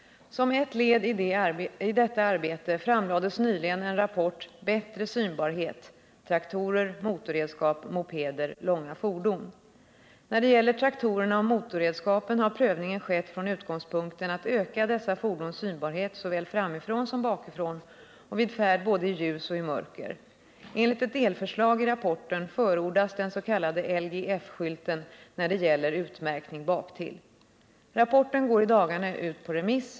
Som ett led i detta arbete framlades nyligen en rapport, Bättre synbarhet — traktorer, motorredskap, mopeder, långa fordon. När det gäller traktorerna och motorredskapen har prövningen skett från utgångspunkten att öka dessa fordons synbarhet såväl framifrån som bakifrån och vid färd både i ljus och i mörker. Enligt ett delförslag i rapporten förordas den s.k. LGF-skylten när det gäller utmärkning baktill. Rapporten går i dagarna ut på remiss.